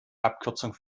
abkürzung